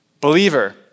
Believer